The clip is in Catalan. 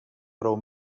prou